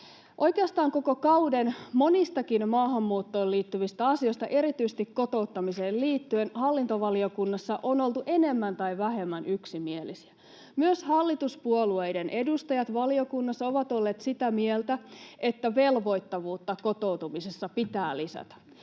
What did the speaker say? Oikeastaan koko kauden monistakin maahanmuuttoon liittyvistä asioista, erityisesti kotouttamiseen liittyen, hallintovaliokunnassa on oltu enemmän tai vähemmän yksimielisiä. Myös hallituspuolueiden edustajat valiokunnassa ovat olleet sitä mieltä, että velvoittavuutta kotoutumisessa pitää lisätä.